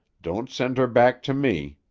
don't send her back to me.